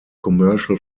commercial